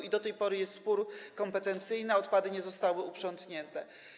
Bo do tej pory jest spór kompetencyjny, odpady nie zostały uprzątnięte.